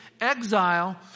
Exile